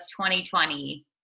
2020